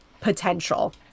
potential